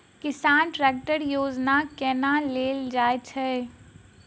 किसान ट्रैकटर योजना केना लेल जाय छै?